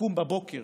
יקום בבוקר